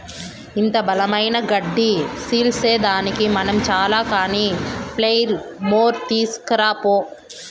ఇంత బలమైన గడ్డి సీల్సేదానికి మనం చాల కానీ ప్లెయిర్ మోర్ తీస్కరా పో